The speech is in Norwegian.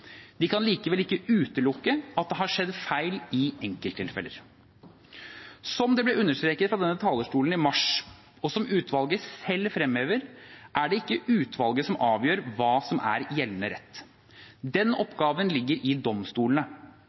De kan likevel ikke utelukke at det har skjedd feil i enkelttilfeller. Som det ble understreket fra denne talerstolen i mars, og som utvalget selv fremhever, er det ikke utvalget som avgjør hva som er gjeldende rett. Den oppgaven ligger til domstolene.